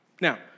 Now